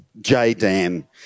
J-Dan